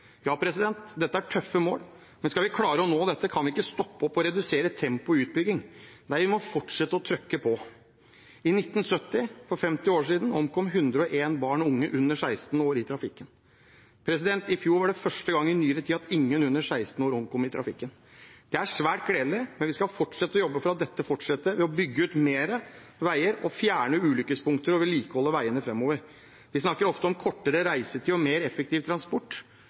Dette er tøffe mål, men skal vi klare å nå dem, kan vi ikke stoppe opp og redusere tempoet i utbyggingen. Nei, vi må fortsette å «trøkke» på. I 1970, for 50 år siden, omkom 101 barn og unge under 16 år i trafikken. I fjor var det første gang i nyere tid at ingen under 16 år omkom i trafikken. Det er svært gledelig, men vi skal fortsette å jobbe for at dette fortsetter, ved å bygge ut flere veier, fjerne ulykkespunkter og vedlikeholde veiene framover. Vi snakker ofte om kortere reisetid og mer effektiv transport,